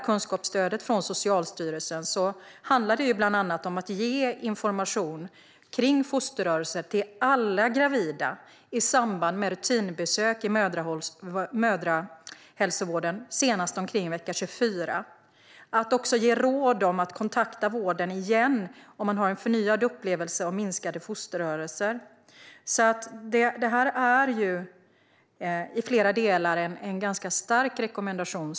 Kunskapsstödet från Socialstyrelsen handlar nämligen bland annat om att senast omkring vecka 24 ge information om fosterrörelser till alla gravida i samband med rutinbesök i mödrahälsovården. Man ska också ge råd om att kontakta vården igen om det finns en förnyad upplevelse av minskade fosterrörelser. Det är i flera delar en ganska stark rekommendation.